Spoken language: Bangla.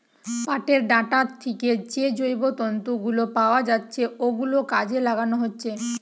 পাটের ডাঁটা থিকে যে জৈব তন্তু গুলো পাওয়া যাচ্ছে ওগুলো কাজে লাগানো হচ্ছে